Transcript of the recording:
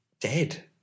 dead